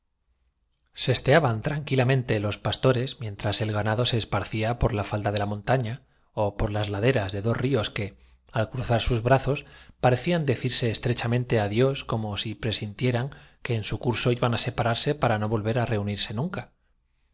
bwesteaban tranquilamente los pastores mientras el ganado se esparcía por la falda de la montaña ó por las laderas de dos ríos que al cruzar sus brazos parecían decirse estre chamente adiós como si presintieran que en su curso iban á separarse para no volver á reunirse nunca